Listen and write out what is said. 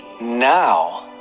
now